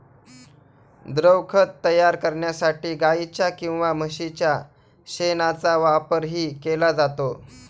द्रवखत तयार करण्यासाठी गाईच्या किंवा म्हशीच्या शेणाचा वापरही केला जातो